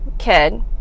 kid